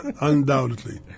undoubtedly